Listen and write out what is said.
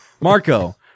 Marco